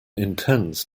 intends